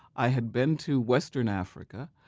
i had been to western africa.